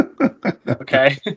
Okay